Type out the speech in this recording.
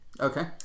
okay